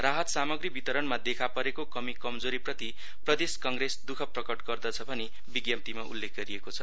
राहत सामग्री वितरणमा देखापरेको कमि कमजोरीप्रति प्रदेश कंग्रेस द्ख प्रकट गर्दछ भनी विज्ञप्तिमा उल्लेख गरिएको छ